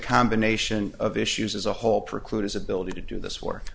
combination of issues as a whole preclude his ability to do this for